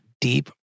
deep